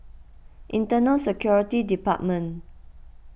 Internal Security Department